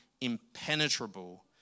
impenetrable